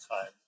time